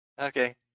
okay